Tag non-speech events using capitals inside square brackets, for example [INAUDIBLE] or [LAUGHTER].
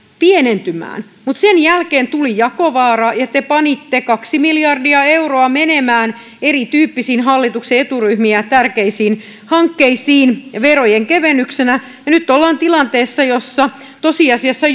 pienentymään mutta sen jälkeen tuli jakovaara ja te panitte kaksi miljardia euroa menemään eri tyyppisiin hallituksen eturyhmiin ja tärkeisiin hankkeisiin verojen kevennyksenä ja nyt ollaan tilanteessa että tosiasiassa [UNINTELLIGIBLE]